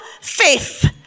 faith